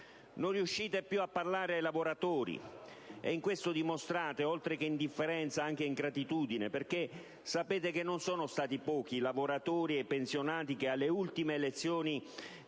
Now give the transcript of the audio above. Non riuscite più a parlare ai lavoratori, dimostrando in questo modo, oltre che indifferenza, anche ingratitudine, perché sapete che non sono stati pochi i lavoratori e i pensionati che alle ultime elezioni